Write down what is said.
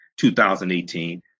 2018